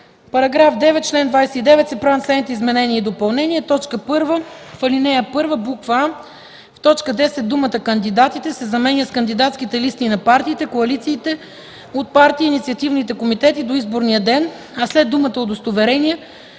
9: „§ 9. В чл. 29 се правят следните изменения и допълнения: 1. В ал. 1: а) в т. 10 думата „кандидатите” се заменя с „кандидатските листи на партиите, коалициите от партии и инициативните комитети до изборния ден”, а след думата „удостоверения”